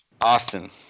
Austin